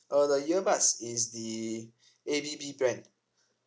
uh the earbuds is the A B B brand